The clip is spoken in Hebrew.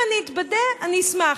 אם אני אתבדה, אני אשמח,